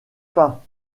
pas